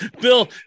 Bill